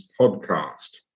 podcast